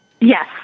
Yes